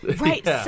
Right